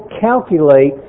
calculate